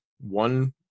One